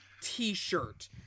t-shirt